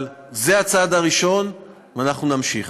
אבל זה הצעד הראשון, ואנחנו נמשיך.